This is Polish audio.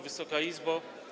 Wysoka Izbo!